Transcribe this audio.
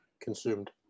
consumed